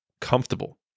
comfortable